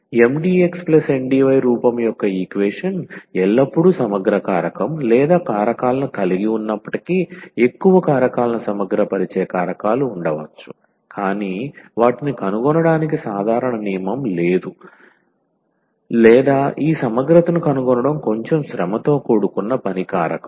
MdxNdy రూపం యొక్క equation ఎల్లప్పుడూ సమగ్ర కారకం లేదా కారకాలను కలిగి ఉన్నప్పటికీ ఎక్కువ కారకాలను సమగ్రపరిచే కారకాలు ఉండవచ్చు కానీ వాటిని కనుగొనడానికి సాధారణ నియమం లేదు లేదా ఈ సమగ్రతను కనుగొనడం కొంచెం శ్రమతో కూడుకున్న పని కారకం